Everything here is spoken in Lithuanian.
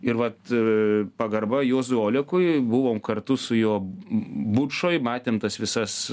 ir vat pagarba juozui olekui buvom kartu su juo bučoj matėm tas visas